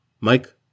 Mike